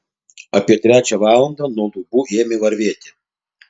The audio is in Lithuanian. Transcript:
apie trečią valandą nuo lubų ėmė varvėti